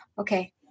okay